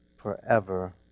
forever